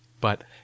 but—